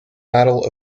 battle